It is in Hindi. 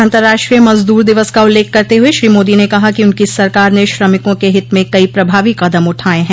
अंतर्राष्ट्रीय मज़दूर दिवस का उल्लेख करते हुए श्री मोदी ने कहा कि उनकी सरकार ने श्रमिकों के हित में कई प्रभावी कदम उठाये हैं